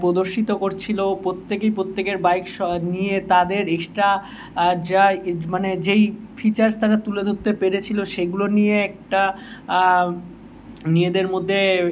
প্রদর্শিত করছিলো প্রত্যেকে প্রত্যেকের বাইকস নিয়ে তাদের এক্সট্রা যা ই মানে যেই মানে ফিচার্স তারা তুলে ধরতে পেরেছিলো সেগুলো নিয়ে একটা নিজেদের মধ্যে